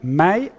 mij